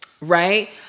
right